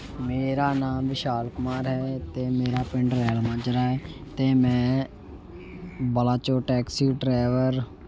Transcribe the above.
ਮੇਰਾ ਨਾਮ ਵਿਸ਼ਾਲ ਕੁਮਾਰ ਹੈ ਅਤੇ ਮੇਰਾ ਪਿੰਡ ਰੈਲ ਮਾਜਰਾ ਹੈ ਅਤੇ ਮੈਂ ਬਲਾਚੋਰ ਟੈਕਸੀ ਡਰੈਵਰ